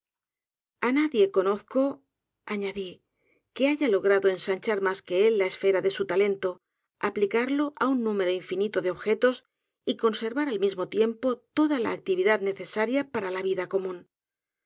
instrucción a nadie conozco añadí que haya logrado ensanchar mas que él la esfera de su talento aplicarlo á un número infinito de objetos y conservar al mismo tiempo toda la actividad necesaria parala vida común